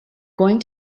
going